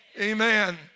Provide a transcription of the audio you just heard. Amen